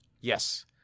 Yes